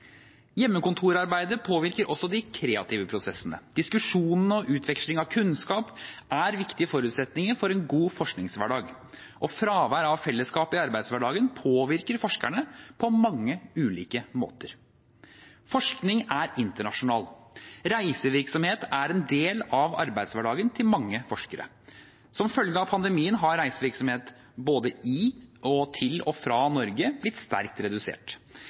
Hjemmekontorarbeidet påvirker også de kreative prosessene: Diskusjonene og utveksling av kunnskap er viktige forutsetninger for en god forskningshverdag, og fravær av fellesskap i arbeidshverdagen påvirker forskerne på mange ulike måter. Forskning er internasjonal. Reisevirksomhet er en del av arbeidshverdagen til mange forskere. Som følge av pandemien har reisevirksomhet både i og til og fra Norge blitt sterkt redusert.